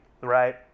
right